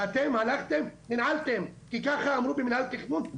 אתם הלכתם ונעלתם כי ככה אמרו במינהל תכנון,